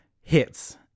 hits